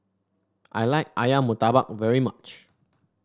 I like ayam murtabak very much